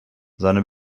seine